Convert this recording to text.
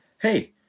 Hey